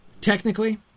Technically